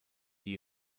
die